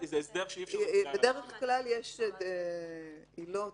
בדרך כלל יש עילות